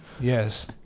Yes